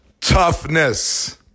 toughness